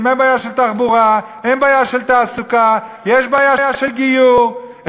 אלפים" זה לא נוגע לאנשים שלא רוצים להתגייר בכלל,